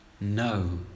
No